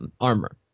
Armor